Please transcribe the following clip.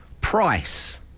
price